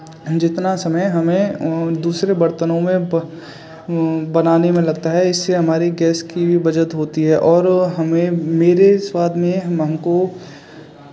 जितना समय हमें दूसरे बर्तनों में ब बनाने में लगता है इससे हमारी गैस की भी बचत होती है और हमें मेरे स्वाद में हम हमको